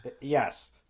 Yes